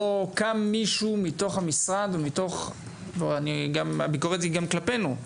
קם מישהו מתוך המשרד הביקורת היא גם כלפינו,